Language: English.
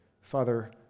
Father